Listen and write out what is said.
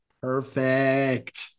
Perfect